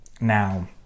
Now